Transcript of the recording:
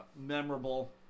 memorable